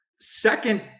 second